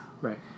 Right